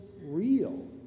real